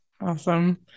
Awesome